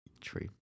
true